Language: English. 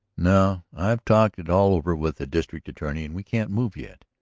no i've talked it all over with the district attorney and we can't move yet.